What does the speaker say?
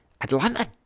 Atlanta